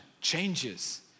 changes